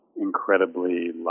incredibly